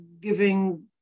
giving